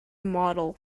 model